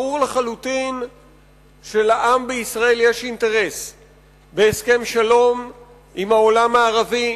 ברור לחלוטין שלעם בישראל יש אינטרס בהסכם שלום עם העולם הערבי,